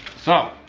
so,